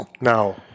Now